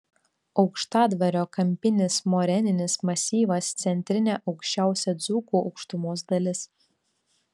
aukštadvario kampinis moreninis masyvas centrinė aukščiausia dzūkų aukštumos dalis